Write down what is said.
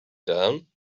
down